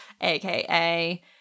aka